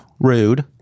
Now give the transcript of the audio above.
Rude